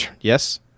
Yes